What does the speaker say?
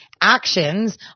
actions